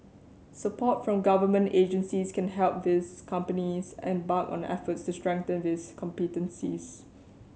support from government agencies can help these companies embark on efforts to strengthen these competencies